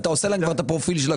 אתה עושה לה את הפרופיל של הכול.